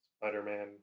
Spider-Man